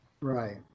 Right